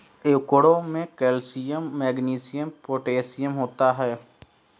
avocado में calcium magnesium potassium होता है